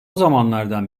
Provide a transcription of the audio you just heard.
zamandan